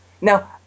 Now